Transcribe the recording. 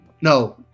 No